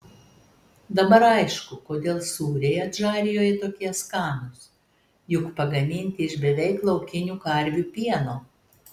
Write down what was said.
dabar aišku kodėl sūriai adžarijoje tokie skanūs juk pagaminti iš beveik laukinių karvių pieno